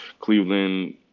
cleveland